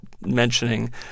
mentioning